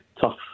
tough